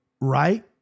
right